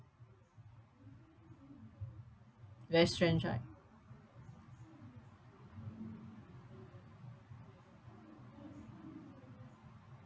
very strange right